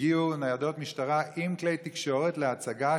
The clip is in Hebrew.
הגיעו ניידות משטרה עם כלי תקשורת להצגה,